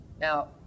Now